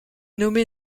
nommé